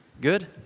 Good